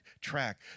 track